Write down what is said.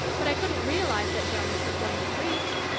but i couldn't realize that jonas was going to preach.